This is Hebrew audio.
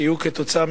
שיהיו כתוצאה,